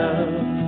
Love